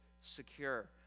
secure